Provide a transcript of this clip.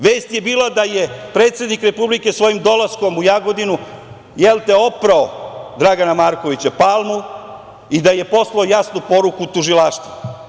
Vest je bila da je predsednik Republike Srbije svojim dolaskom u Jagodinu, jelte, oprao Dragana Markovića Palmu i da je poslao jasnu poruku tužilaštvu.